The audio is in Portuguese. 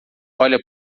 olha